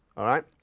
all right.